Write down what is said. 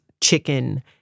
chicken